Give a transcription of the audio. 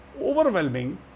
overwhelming